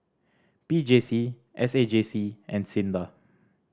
P J C S A J C and SINDA